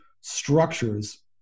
structures